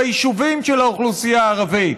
ביישובים של האוכלוסייה הערבית?